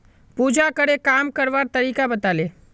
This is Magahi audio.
पूजाकरे काम करवार तरीका बताले